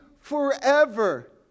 forever